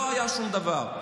לא היה שום דבר.